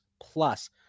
plus